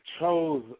chose